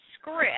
script